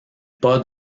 pas